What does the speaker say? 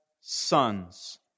sons